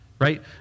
right